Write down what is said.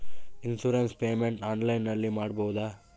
Insurance payment ಆನ್ಲೈನಿನಲ್ಲಿ ಮಾಡಬಹುದಾ?